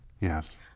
Yes